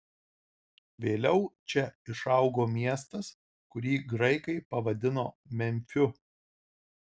vėliau čia išaugo miestas kurį graikai pavadino memfiu